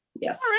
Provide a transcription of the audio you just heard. yes